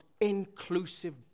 inclusive